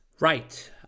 Right